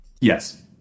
Yes